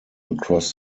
across